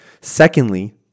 Secondly